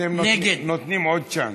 אתם נותנים עוד צ'אנס.